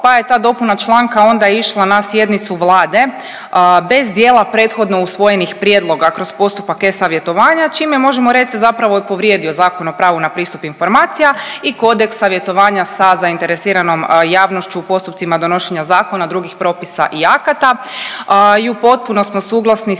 pa je ta dopuna članka onda išla na sjednicu Vlade bez dijela prethodno usvojenih prijedloga kroz postupak e-savjetovanja, čime možemo reć se zapravo povrijedio Zakon o pravu na pristup informacija i kodeks savjetovanja sa zainteresiranom javnošću u postupcima donošenja zakona, drugih propisa i akata i u potpuno smo suglasni sa